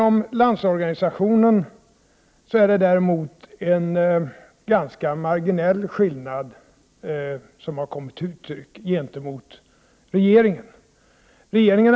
Mellan Landsorganisationen och regeringen är det däremot en ganska marginell skillnad som har kommit till uttryck.